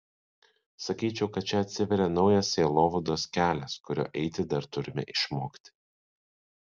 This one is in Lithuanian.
sakyčiau kad čia atsiveria naujas sielovados kelias kuriuo eiti dar turime išmokti